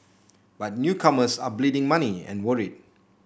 but newcomers are bleeding money and worried